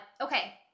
okay